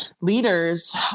leaders